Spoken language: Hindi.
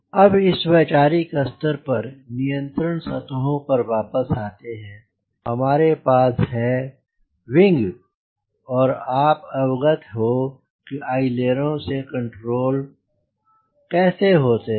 अब इस वैचारिक स्तर पर नियंत्रण सतहों पर वापस आते हैं हमारे पास हैं विंग और आप अवगत हो कि अइलेरों से रोल कंट्रोल कैसे होता है